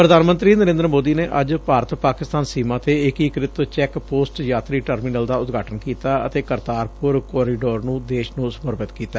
ਪ੍ਰਧਾਨ ਮੰਤਰੀ ਨਰੇਂਦਰ ਮੋਦੀ ਨੇ ਅੱਜ ਭਾਰਤ ਪਾਕਿਸਤਾਨ ਸੀਮਾ ਤੇ ਏਕੀਕ੍ਤਿ ਚੈੱਕ ਪੋਸਟ ਯਾਤਰੀ ਟਰਮੀਨਲ ਦਾ ਉਦਘਾਟਨ ਕੀਤਾ ਅਤੇ ਕਰਤਾਰਪੁਰ ਕੋਰੀਡੋਰ ਨੁੰ ਦੇਸ਼ ਨੁੰ ਸਮਰਪਿਤ ਕੀਤਾ